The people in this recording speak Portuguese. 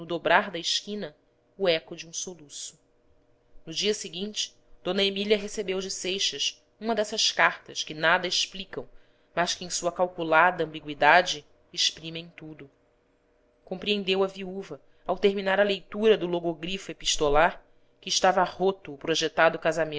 da esquina o eco de um soluço no dia seguinte d emília recebeu de seixas uma dessas cartas que nada explicam mas que em sua calculada ambigüidade exprimem tudo compreendeu a viúva ao terminar a leitura do logogrifo epistolar que estava roto o projetado